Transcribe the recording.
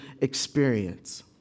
experience